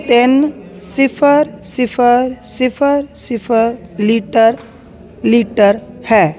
ਤਿੰਨ ਸਿਫ਼ਰ ਸਿਫ਼ਰ ਸਿਫ਼ਰ ਸਿਫ਼ਰ ਲੀਟਰ ਲੀਟਰ ਹੈ